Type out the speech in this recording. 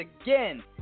again